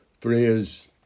phrase